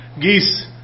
Geese